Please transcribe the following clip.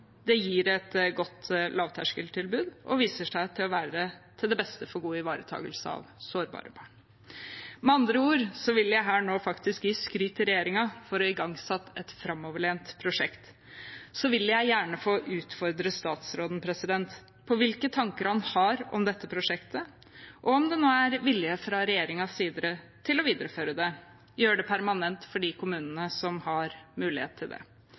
Det gir et godt lavterskeltilbud og viser seg å være til det beste for god ivaretakelse av sårbare barn. Med andre ord vil jeg nå faktisk gi skryt til regjeringen for å ha igangsatt et framoverlent prosjekt. Jeg vil gjerne utfordre statsråden på hvilke tanker han har om dette prosjektet, og om det nå er vilje fra regjeringens side til å videreføre det, gjøre det permanent for de kommunene som har mulighet til det.